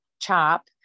CHOP